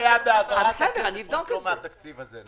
אין בעיה בהעברת הכסף, רק לא מהתקציב הזה.